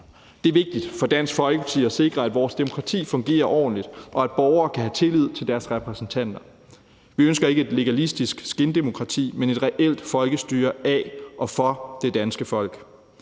Det er vigtigt for Dansk Folkeparti at sikre, at vores demokrati fungerer ordentligt, og at borgere kan have tillid til deres repræsentanter. Vi ønsker ikke et legalistisk skindemokrati, men et reelt folkestyre af og for det danske folk.